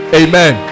amen